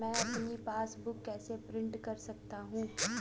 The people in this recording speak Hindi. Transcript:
मैं अपनी पासबुक कैसे प्रिंट कर सकता हूँ?